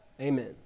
Amen